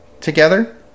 together